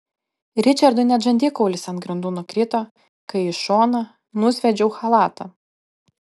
ričardui net žandikaulis ant grindų nukrito kai į šoną nusviedžiau chalatą